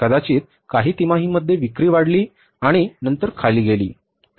कदाचित काही तिमाही मध्ये विक्री वाढली आणि नंतर खाली गेली